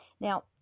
Now